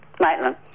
Maitland